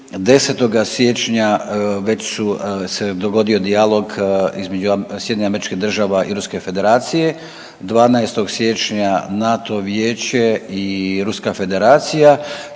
10. siječnja već su se dogodio dijalog između SAD-a i Ruske Federacije, 12. siječnja NATO vijeće i Ruska federacija,